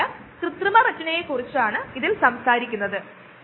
അതിനാൽ ഒറ്റ ഉപയോഗ ബയോറിയാക്ടറുകൾ വളരെ പ്രചാരമുള്ളവയാണ്